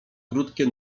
krótkie